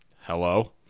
Hello